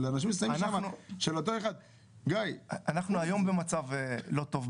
אנשים שמים שם אותו אחד --- אנחנו היום במצב לא טוב,